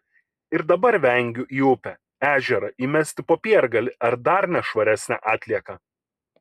ir dabar vengiu į upę ežerą įmesti popiergalį ar dar nešvaresnę atlieką